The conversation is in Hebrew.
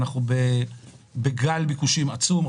אנחנו בגל ביקושים עצום,